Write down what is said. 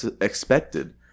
expected